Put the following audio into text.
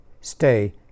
stay